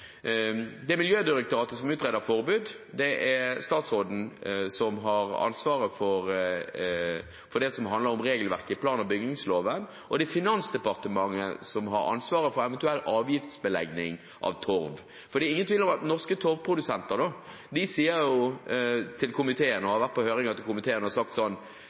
Det er Miljødirektoratet som utreder forbud. Det er statsråden som har ansvaret for det som handler om regelverket i plan- og bygningsloven, og det er Finansdepartementet som har ansvaret for eventuelt å avgiftsbelegge torv. Norske torvprodusenter har vært på høring hos komiteen og sagt